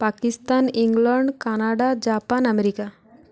Pakistan England Canada Japan America